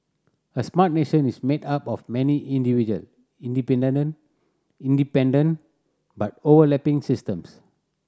a smart nation is made up of many individual independent but overlapping systems